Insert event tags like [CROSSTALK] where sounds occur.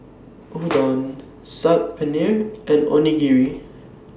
Udon [NOISE] Saag Paneer and Onigiri